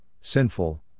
sinful